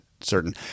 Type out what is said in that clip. certain